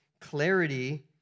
clarity